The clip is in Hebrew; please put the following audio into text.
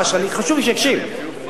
חשוב לי שיקשיב,